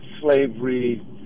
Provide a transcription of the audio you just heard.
slavery